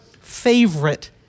favorite